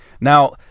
Now